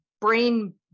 brain